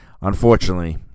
unfortunately